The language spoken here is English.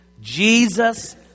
Jesus